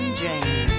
dream